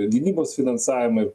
gynybos finansavimą ir